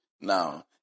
Now